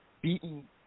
beaten